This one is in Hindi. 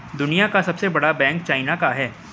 दुनिया का सबसे बड़ा बैंक चाइना का है